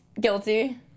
guilty